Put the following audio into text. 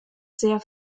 sehr